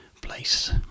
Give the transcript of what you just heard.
place